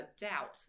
doubt